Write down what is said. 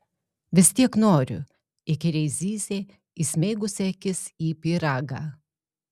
vis tiek noriu įkyriai zyzė įsmeigusi akis į pyragą